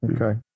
Okay